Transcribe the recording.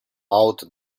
out